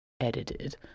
edited